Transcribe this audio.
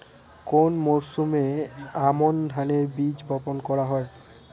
কোন মরশুমে আমন ধানের বীজ বপন করা হয়?